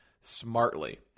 smartly